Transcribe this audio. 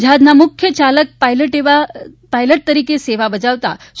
જહાજના મુખ્ય ચાલક પાઇટલટ તરીકે સેવા બજાવતાં સુ